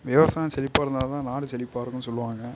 விவசாயம் செழிப்பாக இருந்தால்தான் நாடு செழிப்பாக இருக்குனு சொல்லுவாங்க